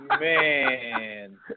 Man